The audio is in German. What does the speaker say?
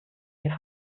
hier